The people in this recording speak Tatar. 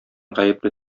гаепле